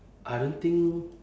I don't think